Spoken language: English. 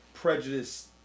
Prejudice